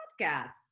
podcast